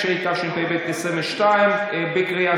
בסדר?